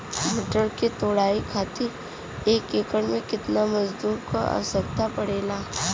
मटर क तोड़ाई खातीर एक एकड़ में कितना मजदूर क आवश्यकता पड़ेला?